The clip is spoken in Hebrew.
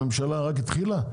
הממשלה רק התחילה?